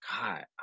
God